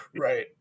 right